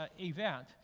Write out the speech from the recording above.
event